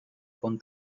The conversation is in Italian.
con